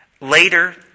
Later